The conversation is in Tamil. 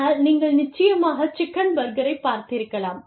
ஆனால் நீங்கள் நிச்சயமாக சிக்கன் பர்கரை பார்த்திருக்கலாம்